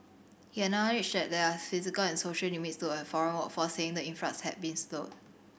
he acknowledged that there are physical and social limits to a foreign workforce saying the influx had been slowed